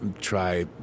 try